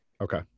Okay